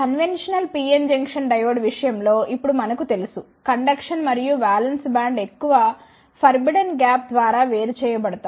conventional PN junction diode విషయం లో ఇప్పుడు మనకు తెలుసు కండక్షన్ మరియు వాలెన్స్ బ్యాండ్ ఎక్కువ ఫర్బిడెన్ గ్యాప్ ద్వారా వేరు చేయబడతాయి